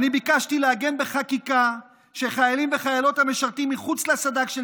ואני ביקשתי לעגן בחקיקה שחיילים וחיילות המשרתים מחוץ לסד"כ של